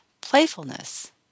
Playfulness